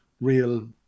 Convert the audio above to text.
real